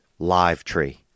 LiveTree